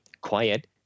quiet